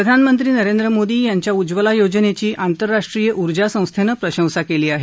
प्रधानमंत्री नरेंद्र मोदी यांच्या उज्ज्वला योजनेची आंतरराष्ट्रीय उर्जा संस्थेनं प्रशंसा केली आहे